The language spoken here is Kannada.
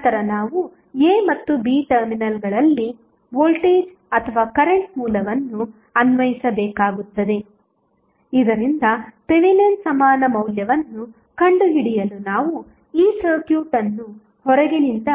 ನಂತರ ನಾವು a ಮತ್ತು b ಟರ್ಮಿನಲ್ಗಳಲ್ಲಿ ವೋಲ್ಟೇಜ್ ಅಥವಾ ಕರೆಂಟ್ ಮೂಲವನ್ನು ಅನ್ವಯಿಸಬೇಕಾಗುತ್ತದೆ ಇದರಿಂದ ಥೆವೆನಿನ್ ಸಮಾನ ಮೌಲ್ಯವನ್ನು ಕಂಡುಹಿಡಿಯಲು ನಾವು ಈ ಸರ್ಕ್ಯೂಟ್ ಅನ್ನು ಹೊರಗಿನಿಂದ